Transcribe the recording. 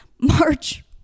March